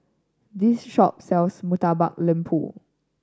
this shop sells Murtabak Lembu